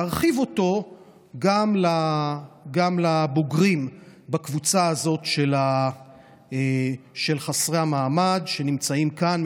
להרחיב אותו גם לגבי בוגרים בקבוצה של חסרי המעמד שנמצאים כאן,